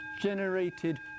generated